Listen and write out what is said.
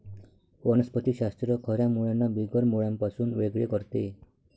वनस्पति शास्त्र खऱ्या मुळांना बिगर मुळांपासून वेगळे करते